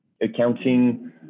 accounting